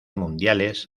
mundiales